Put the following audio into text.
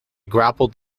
grappled